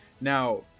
now